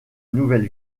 nouvelle